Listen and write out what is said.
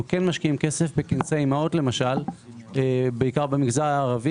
כן משקיעים כסף ב- -- אימהות למשל בעיקר במגזר הערבי